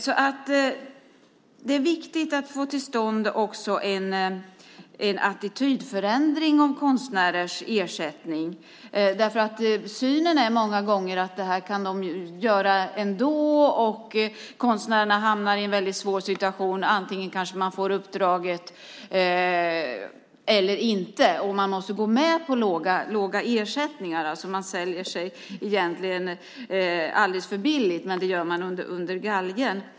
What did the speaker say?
Det är därför viktigt att även få till stånd en attitydförändring om konstnärers ersättning - synen är många gånger att det kan de väl göra ändå. Konstnärerna hamnar i en svår situation vare sig de får uppdraget eller inte. Får de uppdraget måste de gå med på låga ersättningar. De säljer sig egentligen alldeles för billigt, men de gör det under galgen.